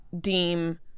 deem